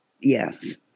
Yes